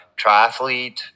Triathlete